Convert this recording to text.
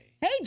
Hey